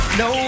no